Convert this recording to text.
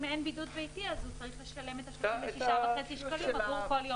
אם אין בידוד ביתי אז הוא צריך לשלם את ה-36.5 שקלים עבור כל יום.